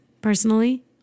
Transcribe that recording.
personally